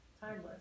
timeless